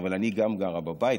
אבל אני גם גרה בבית,